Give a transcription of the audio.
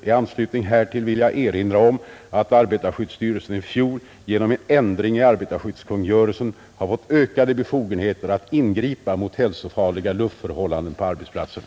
I anslutning härtill vill jag erinra om att arbetarskyddsstyrelsen i fjol genom en ändring i arbetarskyddskungörelsen har fått ökade befogenheter att ingripa mot hälsofarliga luftförhållanden på arbetsplatserna.